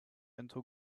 into